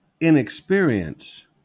inexperience